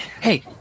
hey